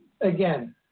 Again